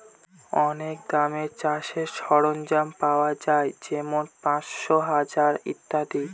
অনেক দামে চাষের সরঞ্জাম পাওয়া যাই যেমন পাঁচশো, হাজার ইত্যাদি